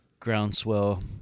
groundswell